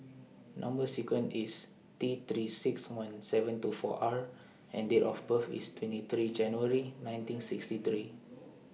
Number sequence IS T three six one seven two four R and Date of birth IS twenty three January nineteen sixty three